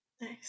Nice